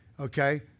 Okay